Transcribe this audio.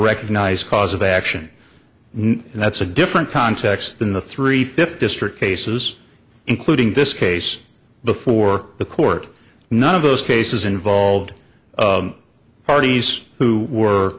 recognized cause of action and that's a different context than the three fifth district cases including this case before the court none of those cases involved parties who were